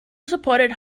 supported